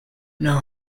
know